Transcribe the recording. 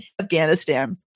Afghanistan